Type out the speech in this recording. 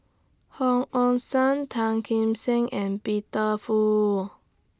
Hong Ong Siang Tan Kim Seng and Peter Fu